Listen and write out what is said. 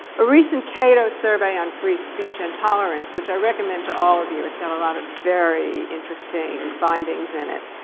a recent cato survey on free speech and tolerance, which i recommend to all of you, it's got a lot of very interesting findings in it,